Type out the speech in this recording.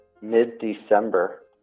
mid-december